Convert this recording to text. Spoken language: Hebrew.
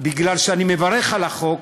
מפני שאני מברך על החוק,